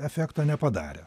efekto nepadarė